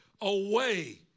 away